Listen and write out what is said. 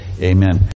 Amen